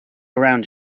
round